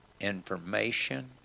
information